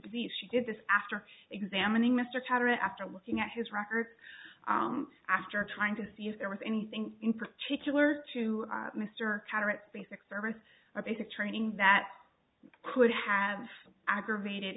disease she did this after examining mr katter after looking at his records after trying to see if there was anything in particular to mr cameron basic service or basic training that could have aggravated